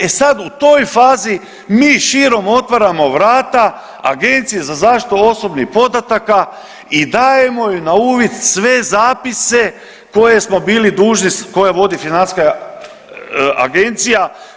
E sad u toj fazi mi širom otvaramo vrata Agenciji za zaštitu osobnih podataka i dajemo im na uvid sve zapise koje smo bili dužni, koje vodi Financijska agencija.